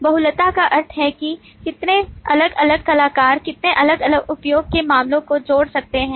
बहुलता का अर्थ है कि कितने अलग अलग कलाकार कितने अलग अलग उपयोग के मामलों को जोड़ सकते हैं